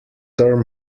term